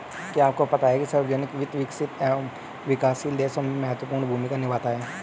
क्या आपको पता है सार्वजनिक वित्त, विकसित एवं विकासशील देशों में महत्वपूर्ण भूमिका निभाता है?